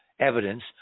Evidence